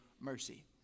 mercy